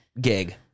Gig